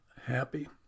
happy